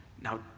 Now